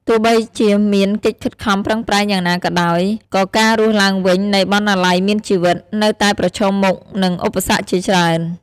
ទោះបីជាមានកិច្ចខិតខំប្រឹងប្រែងយ៉ាងណាក៏ដោយ ក៏ការរស់ឡើងវិញនៃ "បណ្ណាល័យមានជីវិត" នៅតែប្រឈមមុខនឹងឧបសគ្គជាច្រើន។